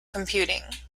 computing